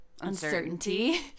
uncertainty